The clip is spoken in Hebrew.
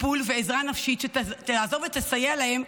טיפול ועזרה נפשית שתעזור ותסייע להם,